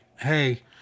Hey